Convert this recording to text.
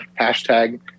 Hashtag